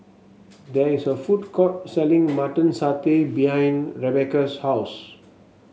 there is a food court selling Mutton Satay behind Rebecca's house